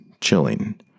chilling